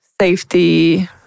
Safety